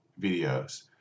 videos